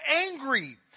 angry